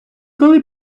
коли